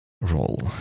role